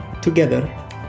Together